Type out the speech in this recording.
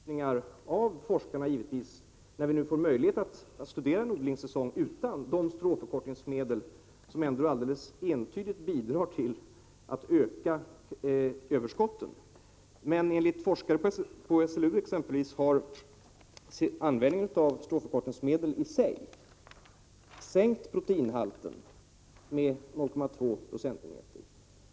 Herr talman! Vi får givetvis anvisningar av forskarna, när det nu blir möjligt att studera en odlingssäsong utan de stråförkortningsmedel som entydigt bidrar till att öka överskotten. Men exempelvis enligt forskare på SLU har användningen av stråförkortningsmedel i sig sänkt proteinhalten med 0,2 procentenheter.